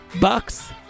Bucks